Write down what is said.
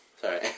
Sorry